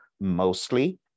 Mostly